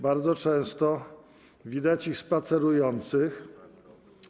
Bardzo często widać ich spacerujących.